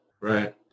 right